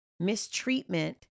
mistreatment